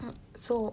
um so